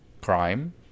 crime